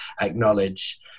acknowledge